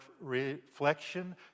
reflection